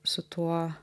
su tuo